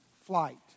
flight